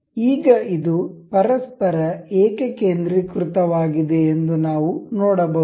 ಈಗ ಇದು ಪರಸ್ಪರ ಏಕಕೇಂದ್ರೀಕೃತ ವಾಗಿದೆ ಎಂದು ನಾವು ನೋಡಬಹುದು